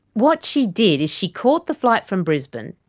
what she did is she caught the flight from brisbane,